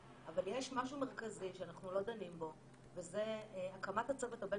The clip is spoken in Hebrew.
אבל יש משהו מרכזי שאנחנו לא דנים בו וזה הקמת הצוות הבין